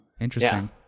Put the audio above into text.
interesting